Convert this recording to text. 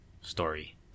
story